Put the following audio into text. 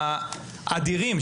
האדירים,